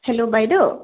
hello বাইদেউ